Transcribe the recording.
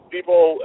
people